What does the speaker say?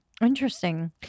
Interesting